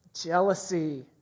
Jealousy